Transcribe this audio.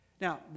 Now